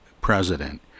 president